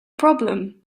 problem